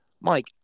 Mike